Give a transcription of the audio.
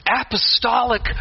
apostolic